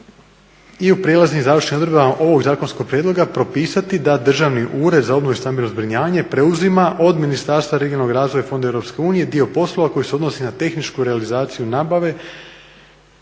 i u prijelaznim i završnim odredbama ovog zakonskog prijedloga propisati da Državni ured za obnovu i stambeno zbrinjavanje preuzima od Ministarstva regionalnog razvoja i fondova EU dio poslova koji se odnosi na tehničku realizaciju nabave,